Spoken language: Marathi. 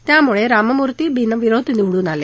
त्यामुळे राममूर्ती बिनविरोध निवडून आले